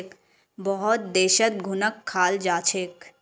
बहुत देशत घुनक खाल जा छेक